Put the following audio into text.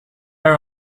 are